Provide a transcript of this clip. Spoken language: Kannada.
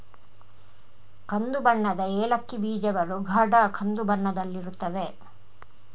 ಕಂದು ಬಣ್ಣದ ಏಲಕ್ಕಿ ಬೀಜಗಳು ಗಾಢ ಕಂದು ಬಣ್ಣದಲ್ಲಿರುತ್ತವೆ